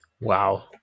Wow